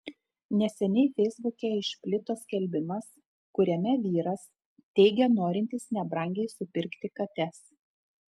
neseniai feisbuke išplito skelbimas kuriame vyras teigia norintis nebrangiai supirkti kates